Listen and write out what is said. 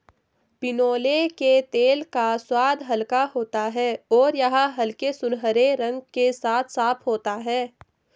बिनौले के तेल का स्वाद हल्का होता है और यह हल्के सुनहरे रंग के साथ साफ होता है